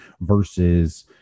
versus